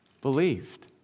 Believed